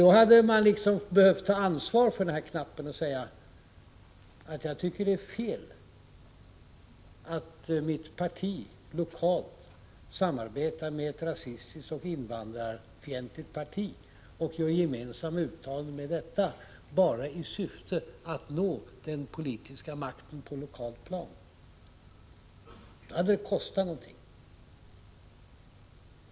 Då hade man behövt ta ansvar och säga: Jag tycker det är fel att mitt parti lokalt samarbetar med ett rasistiskt och invandrarfientligt parti och med detta parti gör gemensamma uttalanden enbart i syfte att nå den politiska makten på det lokala planet. Det hade kostat någonting.